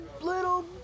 little